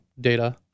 data